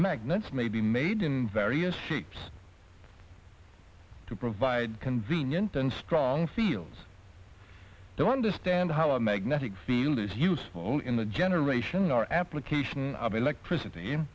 magnets may be made in various shapes to provide convenient and strong fields to understand how a magnetic field is useful in the generation or application of electricity